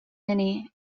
many